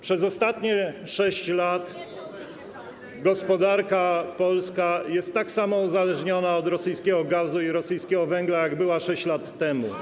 Przez ostatnie 6 lat gospodarka polska jest tak samo uzależniona od rosyjskiego gazu i rosyjskiego węgla, jak była 6 lat temu.